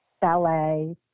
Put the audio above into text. ballet